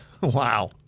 Wow